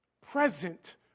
Present